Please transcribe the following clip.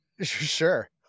Sure